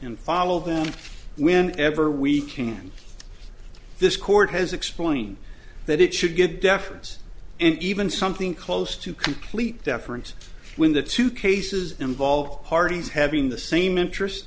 and follow them when ever we can this court has explained that it should give deference and even something close to complete deference when the two cases involved parties having the same interest